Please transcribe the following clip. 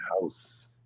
house